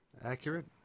accurate